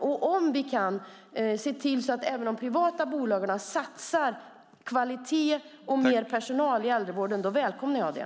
Och om vi kan se till att även de privata bolagen satsar på kvalitet och mer personal i äldrevården välkomnar jag det.